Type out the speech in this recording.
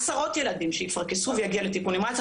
עשרות ילדים יפרכסו, ויגיעו לטיפול נמרץ.